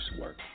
work